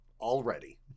already